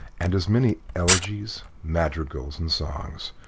and as many elegies, madrigals, and songs,